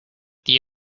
the